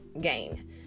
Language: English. gain